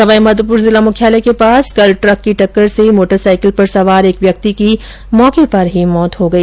सवाईमाधोपूर जिला मुख्यालय के पास कल टक की टक्कर से मोटरसाईकिल पर सवार एक व्यक्ति की मौके पर ही मौत हो गई